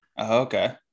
okay